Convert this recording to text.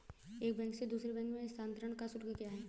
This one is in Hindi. एक बैंक से दूसरे बैंक में स्थानांतरण का शुल्क क्या है?